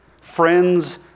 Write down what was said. friends